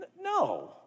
No